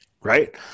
right